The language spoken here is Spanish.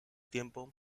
tiempo